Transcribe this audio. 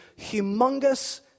humongous